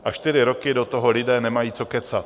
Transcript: A čtyři roky do toho lidé nemají co kecat.